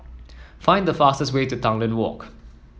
find the fastest way to Tanglin Walk